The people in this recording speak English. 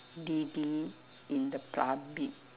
in the public